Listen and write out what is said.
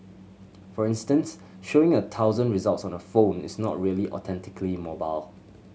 for instance showing a thousand results on a phone is not really authentically mobile